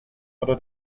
oder